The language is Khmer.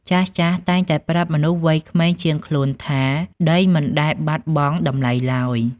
ចាស់ៗតែងតែប្រាប់មនុស្សវ័យក្មេងជាងខ្លួនថា ដីមិនដែលបាត់បង់តម្លៃឡើយ។